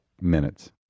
minutes